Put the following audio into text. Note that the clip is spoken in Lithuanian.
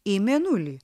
į mėnulį